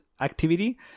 activity